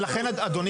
לכן אדוני,